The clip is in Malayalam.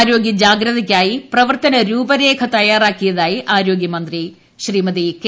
ആരോഗ്യ ജാഗ്രതയ്ക്കായി പ്രവർത്തന രൂപരേഖ തയ്യാറാക്കിയതായി ആരോഗ്യമന്ത്രി കെ